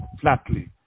flatly